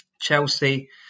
Chelsea